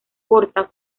porta